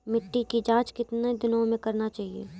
मिट्टी की जाँच कितने दिनों मे करना चाहिए?